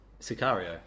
Sicario